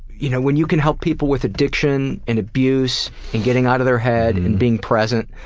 you know when you can help people with addiction and abuse and getting out of their head and being present,